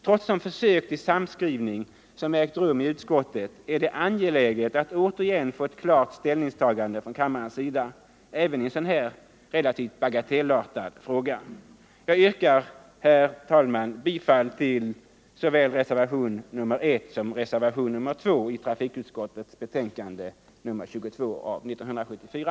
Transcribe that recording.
Trots de försök till sammanskrivning som nu ägt rum i utskottet är det angeläget att återigen få ett klart ställningstagande från kammarens sida även i en sådan här relativt bagatellartad fråga. Herr talman! Jag yrkar bifall till såväl reservationen I som reservationen 2 vid trafikutskottets betänkande nr 22 år 1974.